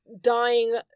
dying